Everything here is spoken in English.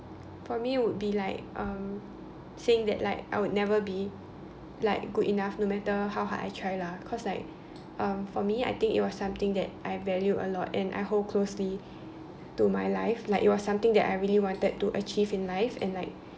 for me would be like um saying that like I would never be like good enough no matter how hard I try lah cause like um for me I think it was something that I value a lot and I hold closely to my life like it was something that I really wanted to achieve in life and like